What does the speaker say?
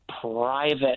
private